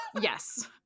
Yes